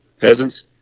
Peasants